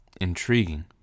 intriguing